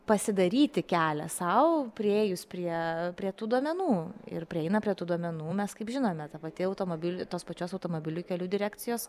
pasidaryti kelią sau priėjus prie prie tų duomenų ir prieina prie tų duomenų mes kaip žinome ta pati automobil tos pačios automobilių kelių direkcijos